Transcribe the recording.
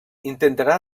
intentarà